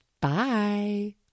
Bye